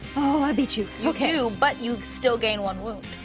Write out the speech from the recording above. oh i beat you. you do, but you still gain one wound.